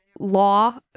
Law